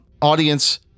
Audience